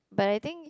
but I think